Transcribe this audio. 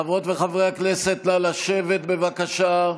חברות וחברי הכנסת, נא לשבת, בבקשה.